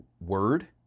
word